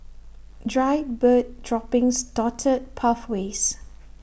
dried bird droppings dotted pathways